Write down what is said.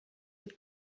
with